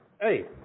Hey